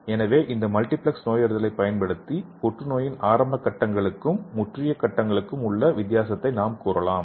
எனவே இந்த மல்டிபிளக்ஸ் நோயறிதலைப் பயன்படுத்தி புற்றுநோயின் ஆரம்ப கட்டங்களுக்கும் முற்றிய நிலைகளுக்கும் உள்ள வித்தியாசத்தை நாம் கூறலாம்